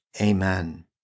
Amen